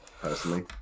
personally